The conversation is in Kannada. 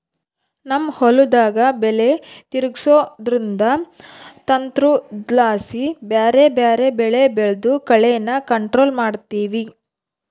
ನಮ್ ಹೊಲುದಾಗ ಬೆಲೆ ತಿರುಗ್ಸೋದ್ರುದು ತಂತ್ರುದ್ಲಾಸಿ ಬ್ಯಾರೆ ಬ್ಯಾರೆ ಬೆಳೆ ಬೆಳ್ದು ಕಳೇನ ಕಂಟ್ರೋಲ್ ಮಾಡ್ತಿವಿ